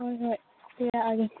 ꯍꯣꯏ ꯍꯣꯏ ꯄꯤꯔꯛꯂꯒꯦ